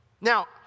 Now